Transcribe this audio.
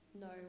No